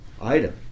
item